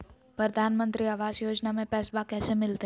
प्रधानमंत्री आवास योजना में पैसबा कैसे मिलते?